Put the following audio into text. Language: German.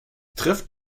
trifft